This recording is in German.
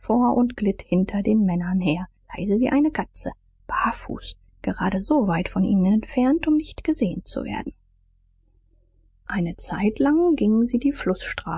und glitt hinter den männern her leise wie eine katze barfuß gerade so weit von ihnen entfernt um nicht gesehen zu werden eine zeitlang gingen sie die